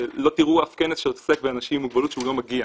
לא תראו אף כנס שעוסק באנשים עם מוגבלות שהוא לא מגיע,